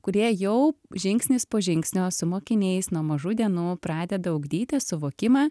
kurie jau žingsnis po žingsnio su mokiniais nuo mažų dienų pradeda ugdyti suvokimą